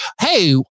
Hey